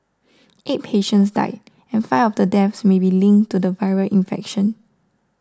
eight patients died and five of the deaths may be linked to the viral infection